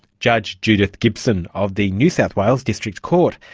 judge judith gibson of the new south wales district court.